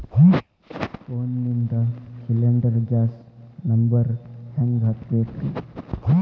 ಫೋನಿಂದ cylinder gas number ಹೆಂಗ್ ಹಚ್ಚ ಬೇಕ್ರಿ?